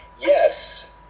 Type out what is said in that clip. Yes